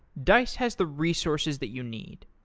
dice has the resources that you need.